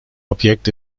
objekt